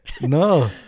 No